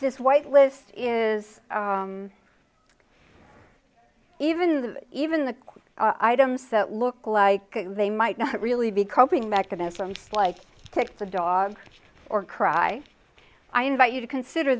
this white list is even though even the items that look like they might not really be coping mechanisms like take the dogs or cry i invite you to consider